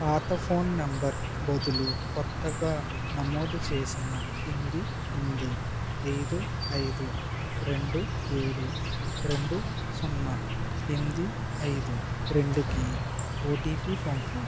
పాత phone number బదులు కొత్తగా నమోదు చేసిన ఎనిమిది ఎనిమిది ఐదు ఐదు రెండు ఏడు రెండు సున్న ఎనిమిది ఐదు రెండుకి ఓటిపి పంపు